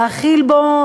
להכיל בו,